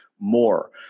more